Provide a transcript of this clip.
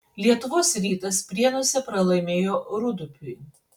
lietuvos rytas prienuose pralaimėjo rūdupiui